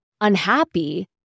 unhappy